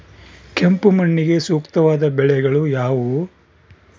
ಕೆಂಪು ಮಣ್ಣಿಗೆ ಸೂಕ್ತವಾದ ಬೆಳೆಗಳು ಯಾವುವು?